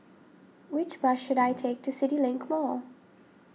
which bus should I take to CityLink Mall